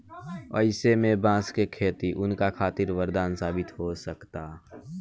अईसे में बांस के खेती उनका खातिर वरदान साबित हो सकता